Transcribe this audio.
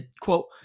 Quote